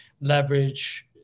leverage